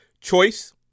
choice